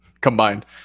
combined